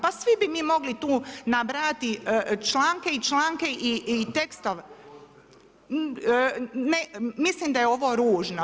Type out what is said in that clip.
Pa svi bi mi mogli tu nabrajati članke i članke i tekstove. … [[Upadica sa strane, ne čuje se.]] Mislim da je ovo ružno.